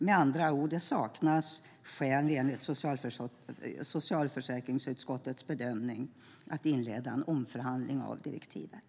Med andra ord: Det saknas enligt socialförsäkringsutskottets bedömning skäl att inleda en omförhandling av direktivet.